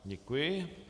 Děkuji.